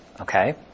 Okay